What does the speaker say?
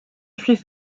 chef